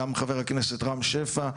גם חבר הכנסת רם שפע,